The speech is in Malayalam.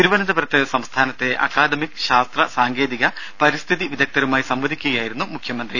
തിരുവനന്തപുരത്ത് സംസ്ഥാനത്തെ അക്കാദമിക്ക് ശാസ്ത്ര സാങ്കേതിക പരിസ്ഥിതി വിദഗ്ധരുമായി സംവദിക്കുകയായിരുന്നു മുഖ്യമന്ത്രി